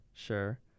sure